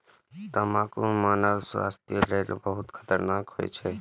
तंबाकू मानव स्वास्थ्य लेल बहुत खतरनाक होइ छै